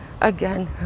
Again